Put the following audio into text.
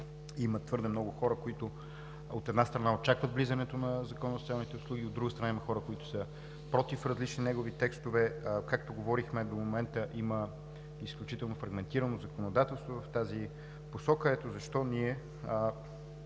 има твърде много хора, които, от една страна, очакват влизането на Закона за социалните услуги, а от друга страна, има хора, които са против различни негови текстове. Както говорихме до момента, има изключително фрагментирано законодателство в тази посока. Ето защо, няма